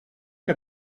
que